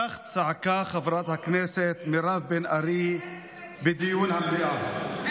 כך צעקה חברת הכנסת מירב בן ארי בדיון המליאה,